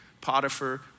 Potiphar